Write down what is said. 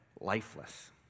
lifeless